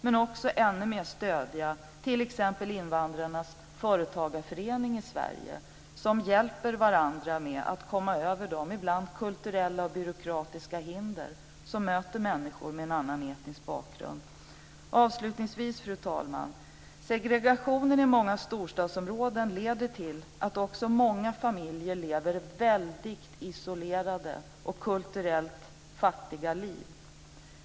Vi måste ännu mer stödja t.ex. invandrarnas företagarförening i Sverige, där man hjälper varandra att komma över de kulturella och byråkratiska hinder som ibland möter människor med en annan etnisk bakgrund. Avslutningsvis, fru talman, vill jag säga att segregationen i många storstadsområden leder till att många familjer lever väldigt isolerade och kulturellt fattiga liv.